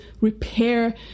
repair